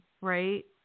right